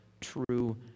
true